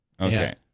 okay